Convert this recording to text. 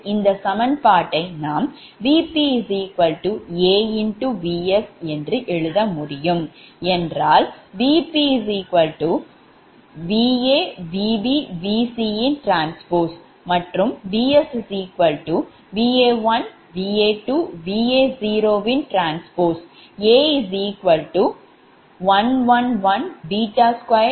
அடுத்தது இந்த சமன்பாட்டை நாம் Vp AVs என்று எழுத முடியும் என்றால் Vp Va Vb Vc T மற்றும் Vs Va1 Va2 Va0 T A1 1 1 2 1 2 1